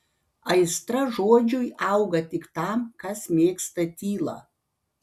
aistra žodžiui auga tik tam kas mėgsta tylą